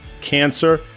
cancer